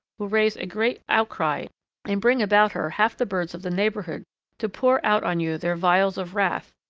will raise a great outcry and bring about her half the birds of the neighbourhood to pour out on you their vials of wrath,